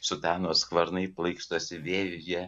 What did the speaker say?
sutanos skvernai plaikstosi vėjyje